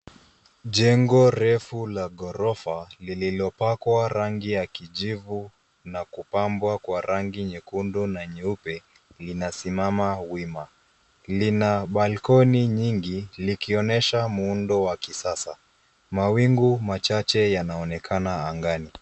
Jengo refu la ghorofa lililopakwa rangi ya kijivu na kupambwa kwa rangi nyekundu na nyeupe, linasimama wima. Lina balcony nyingi likionesha muundo wa kisasa. Mawingu machache yanaonekana angani.